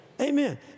Amen